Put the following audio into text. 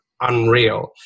unreal